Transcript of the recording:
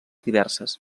diverses